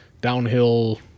downhill